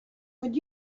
would